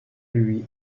lui